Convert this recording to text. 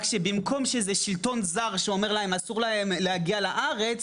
רק שבמקום שזה שלטון זר שאומר להם אסור להם להגיע לארץ,